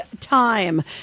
time